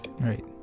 Right